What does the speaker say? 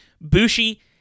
Bushi